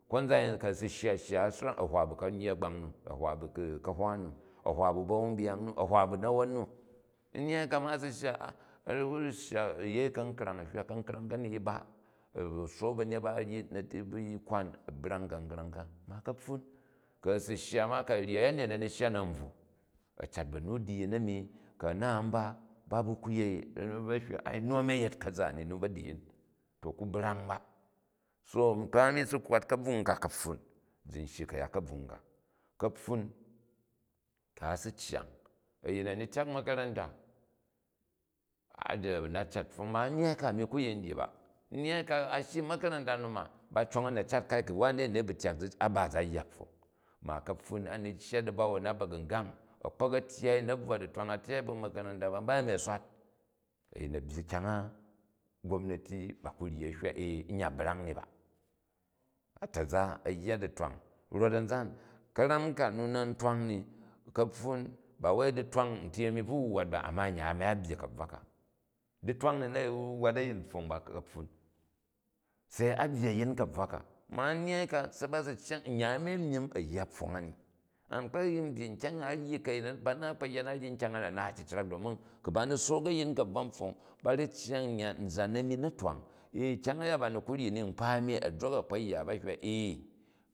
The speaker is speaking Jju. Kunzan a̱yin ku a̱ si shya shya a̱ swrang a̱ hwa bu kamyyi a̱gbang nu, a hava bu kahwa nu, a̱ hwa bu ba̱uwum byang nu, a̱ hwa bu katon nu. Nnyyai ka nu a si shya a ru̱ yei ka̱nkrang, a̱ hywa ka̱nkrang kani yi ba, a̱ sook ba, a kwan a brang ka̱nkrang ka. Ma ka̱pfun ku̱ a̱ si shya ma, ku̱ a̱ ryi a̱yanyet na̱ ni shya. na̱ u bvwo. A cat banu diyin a̱mi, ku a̱ no u ba, ba bu ku yei a hywa nu a̱ni a̱yet ka̱zani nu badiyin ko ku brang ba. Si nkpan a̱ni si kwwat ka̱bvung ka, kapfun, zin shyi kayat kabvung ka kapfun, kuna si cyang, a̱yin a̱ni tyak ma̱ka̱ranta hat a̱ nat cat. Pfong na, nnyyai ka a̱ni ku yin dyi ba. Nnyyai ka a shyi umakaranta nu ma ba cong a̱ na̱ cat kai ku wani a̱mi abu tyak a̱ ba u̱ za yya pfong, ma kaptun a ni cyang da̱bawom na ba̱gungang, a̱kpok a̱ iyyai u na̱bvwa chitwang, a̱ swat a̱yin a̱ byyi kyang o na hywa gobna̱ti ba ku ryi a hywa ee, n ya brang ni ba. A̱ ta̱za a̱ yya ditwang rat a̱nzan, ka̱nam ka nu na̱ n tirang ni, ka̱ptun ba wai ditwang uti a̱mi bvi wwat ba amma a̱nyan a̱ni a byy kabvwa ka. Ditrang wwat a̱yin pfong ba kapfun se a byyi a̱yin kabvwa ka ma nnyai ka se ba si cyang a̱nyan a̱ni a nyim a̱ yya pfong ani. Nkpa yi, byyi nkyang ku ba naa kpo yya na, a ryi nkyang a na naat cicrak domin, ku̱ ba ni sook a̱yin kabvwa pfong, ba ru̱ cyang a̱nzan a̱nu na̱ twang, kyang a̱ya bani ku ryi ni nkpa a̱mi, ku̱ a̱ drok a̱ kpo yya? Ba hywa i